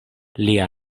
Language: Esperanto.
lia